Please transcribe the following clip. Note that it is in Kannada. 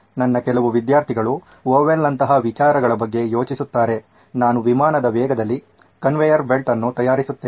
ನನ್ನ ಕೆಲವು ವಿದ್ಯಾರ್ಥಿಗಳು ಓಹ್ ವೆಲ್ ನಂತಹ ವಿಚಾರಗಳ ಬಗ್ಗೆ ಯೋಚಿಸುತ್ತಾರೆ ನಾನು ವಿಮಾನದ ವೇಗದಲ್ಲಿ ಕನ್ವೇಯರ್ ಬೆಲ್ಟ್ ಅನ್ನು ತಯಾರಿಸುತ್ತೇನೆ